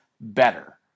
better